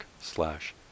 slash